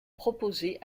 proposée